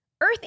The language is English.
Earth